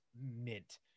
mint